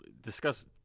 discuss